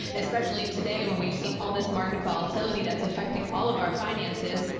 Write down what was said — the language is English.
especially today when we've seen all this market volatility that's affecting all of our finances,